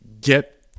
get